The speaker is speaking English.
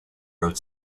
wrote